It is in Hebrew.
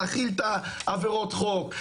להכיל את עבירות החוק,